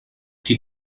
qui